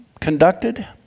conducted